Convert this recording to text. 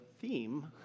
theme